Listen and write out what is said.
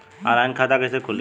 Online खाता कइसे खुली?